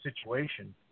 situation